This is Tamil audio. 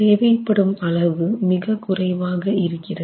தேவை படும் அளவு மிக குறைவாக இருக்கிறது